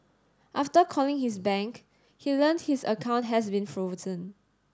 after calling his bank he learnt his account had been frozen